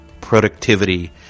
productivity